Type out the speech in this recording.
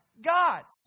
God's